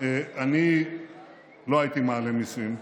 אני לא הייתי מעלה מיסים.